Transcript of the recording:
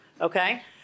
Okay